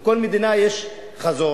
לכל מדינה יש חזון,